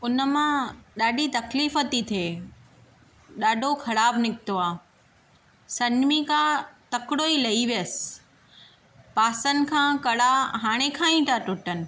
उन मां ॾाढी तकलीफ़ थी थिए ॾाढो ख़राबु निकितो आहे सनमिका तकिड़ो ई लई वियसि पासनि खां कड़ा हाणे खां ई था टुटनि